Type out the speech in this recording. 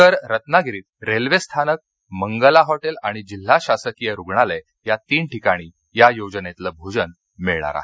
तर रत्नागिरीत रेल्वेस्थानक मंगला हॉटेल आणि जिल्हा शासकीय रुग्णालय या तीन ठिकाणी या योजनेतलं भोजन मिळणार आहे